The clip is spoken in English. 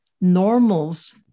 normals